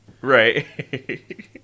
Right